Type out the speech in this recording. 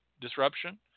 disruption